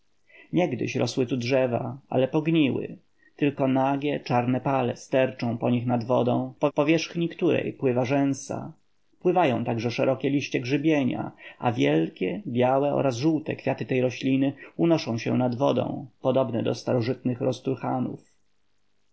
niegdyś rosły tu drzewa ale pogniły tylko nagie czarne pale sterczą po nich nad wodą po powierzchni której pływa rzęsa pływają także szerokie liście grzybienia a wielkie białe oraz żółte kwiaty tej rośliny unoszą się nad wodą podobne do starożytnych rozturhanów